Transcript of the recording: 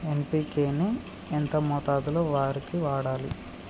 NPK ని ఎంత మోతాదులో వరికి వాడాలి?